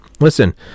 Listen